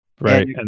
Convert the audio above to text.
right